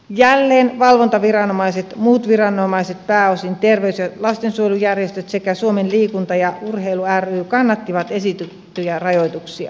jälleen valvontaviranomaiset muut viranomaiset pääosin terveys ja lastensuojelujärjestöt sekä suomen liikunta ja urheilu ry kannattivat esitettyjä rajoituksia